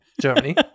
germany